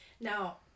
Now